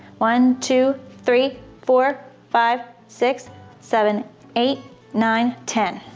one two three four five six seven eight nine ten.